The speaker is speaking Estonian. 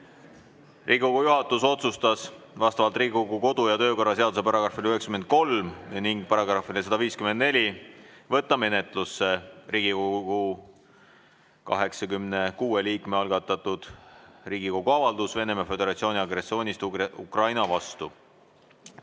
Riigikogu juhatus otsustas vastavalt Riigikogu kodu- ja töökorra seaduse §-le 93 ning §-le 154 võtta menetlusse Riigikogu 86 liikme algatatud Riigikogu avaldus Venemaa Föderatsiooni agressioonist Ukraina vastu.